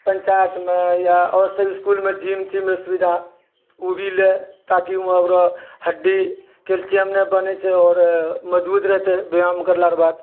पञ्चायतमे या आओर सभ इसकुलमे जिम तिमके सुविधा ओ भी लए ताकि ओकरो हड्डी कैल्सियम जे बनेछै आओर मजबुत रहतै व्यायाम करलाके बाद